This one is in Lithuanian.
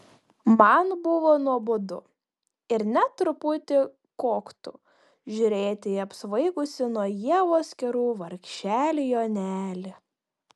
man buvo nuobodu ir net truputį koktu žiūrėti į apsvaigusį nuo ievos kerų vargšelį jonelį